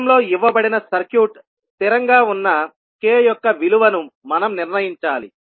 చిత్రంలో ఇవ్వబడిన సర్క్యూట్ స్థిరంగా ఉన్న k యొక్క విలువను మనం నిర్ణయించాలి